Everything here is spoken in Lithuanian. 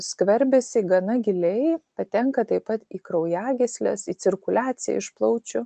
skverbiasi gana giliai patenka taip pat į kraujagysles į cirkuliaciją iš plaučių